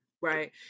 Right